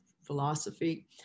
philosophy